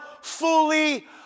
fully